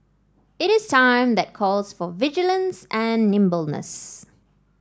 it is a time that calls for vigilance and nimbleness